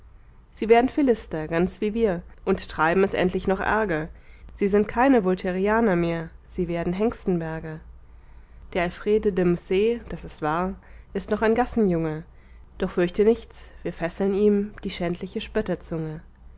sie werden philister ganz wie wir und treiben es endlich noch ärger sie sind keine voltairianer mehr sie werden hengstenberger der alfred de musset das ist wahr ist noch ein gassenjunge doch fürchte nichts wir fesseln ihm die schändliche